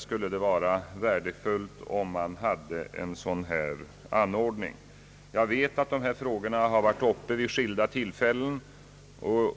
skulle det vara värdefullt om man hade en sådan anordning som vi föreslår. Jag vet att dessa frågor varit uppe till behandling vid skilda tillfällen.